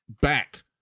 back